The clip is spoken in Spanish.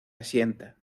asienta